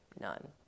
none